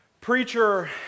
Preacher